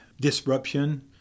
disruption